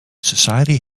society